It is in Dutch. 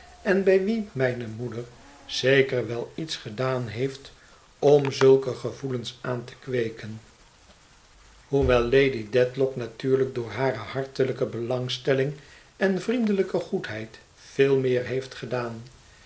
en bij wie mijne moeder zeker wel iets gedaan heeft om zulke gevoelens aan te kweeken hoewel lady dedlock natuurlijk door hare hartelijke belangstelling en vriendelijke goedheid veel meer heeft gedaan